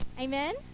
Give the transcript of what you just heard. Amen